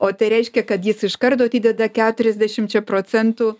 o tai reiškia kad jis iš karto atideda keturiasdešimčia procentų